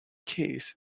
case